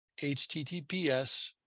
https